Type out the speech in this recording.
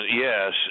yes